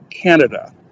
Canada